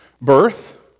birth